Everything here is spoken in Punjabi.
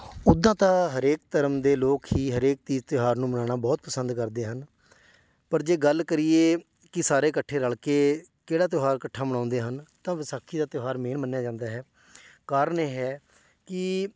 ਉੱਦਾਂ ਤਾਂ ਹਰੇਕ ਧਰਮ ਦੇ ਲੋਕ ਹੀ ਹਰੇਕ ਤੀਰ ਤਿਉਹਾਰ ਨੂੰ ਮਨਾਉਣਾ ਬਹੁਤ ਪਸੰਦ ਕਰਦੇ ਹਨ ਪਰ ਜੇ ਗੱਲ ਕਰੀਏ ਕਿ ਸਾਰੇ ਇਕੱਠੇ ਰਲ਼ ਕੇ ਕਿਹੜਾ ਤਿਉਹਾਰ ਇਕੱਠਾ ਮਨਾਉਂਦੇ ਹਨ ਤਾਂ ਵਿਸਾਖੀ ਦਾ ਤਿਉਹਾਰ ਮੇਨ ਮੰਨਿਆ ਜਾਂਦਾ ਹੈ ਕਾਰਨ ਇਹ ਹੈ ਕਿ